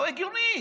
לא הגיוני.